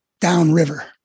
downriver